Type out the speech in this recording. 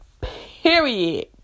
Period